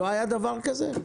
לא היה דבר כזה?